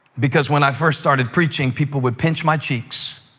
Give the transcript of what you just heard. because when i first started preaching, people would pinch my cheeks.